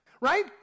Right